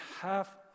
half